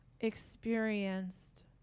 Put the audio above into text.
experienced